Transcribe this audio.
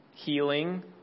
healing